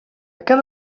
cada